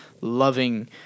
loving